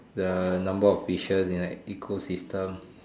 the number of fishes in like ecosystem